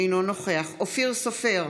אינו נוכח אופיר סופר,